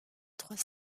trois